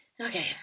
Okay